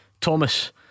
Thomas